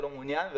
ולא מעוניין,